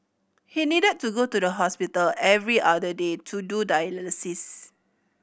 he needed to go to the hospital every other day to do dialysis